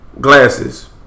glasses